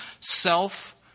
self